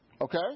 Okay